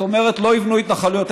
זאת אומרת לא יבנו התנחלויות.